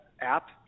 app